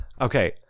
Okay